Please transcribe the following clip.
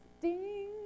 ding